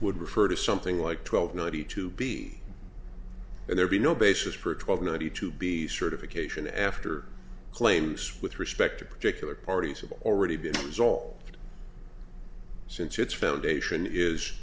would refer to something like twelve ninety two b and there be no basis for a twelve ninety two b certification after claims with respect to particular parties have already been resolved since its foundation is